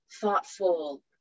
thoughtful